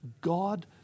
God